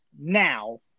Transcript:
now